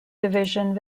division